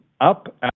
up